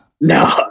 no